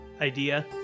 idea